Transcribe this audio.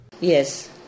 Yes